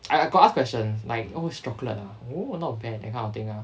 I I got ask questions like oh it's chocolate ah oh not bad that kind of thing ah